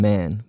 Man